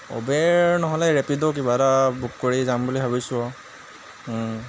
Uber নহ'লে Rapido কিবা এটা বুক কৰিয়ে যাম বুলি ভাবিছোঁ